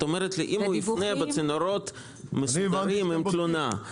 את אומרת לי: אם יפנה בצינורות מסודרים עם תלונה,